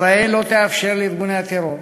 ישראל לא תאפשר לארגוני טרור